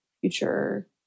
future